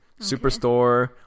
superstore